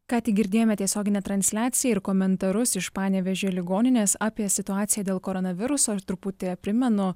ką tik girdėjome tiesioginę transliaciją ir komentarus iš panevėžio ligoninės apie situaciją dėl koronaviruso ir truputį primenu